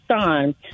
son